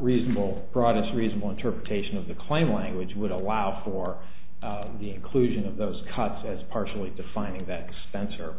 reasonable broadest reasonable interpretation of the claim language would allow for the inclusion of those cuts as partially defining that spencer